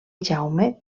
jaume